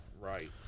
right